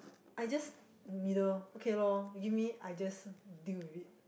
I just in the middle okay lor you give me I just deal with it